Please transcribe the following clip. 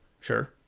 Sure